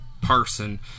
person